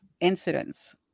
incidents